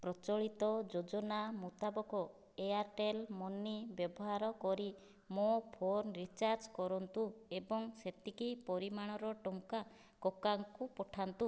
ପ୍ରଚଳିତ ଯୋଜନା ମୁତାବକ ଏୟାରଟେଲ ମନି ବ୍ୟବହାର କରି ମୋ' ଫୋନ୍ ରିଚାର୍ଜ କରନ୍ତୁ ଏବଂ ସେତିକି ପରିମାଣର ଟଙ୍କା କକାଙ୍କୁ ପଠାନ୍ତୁ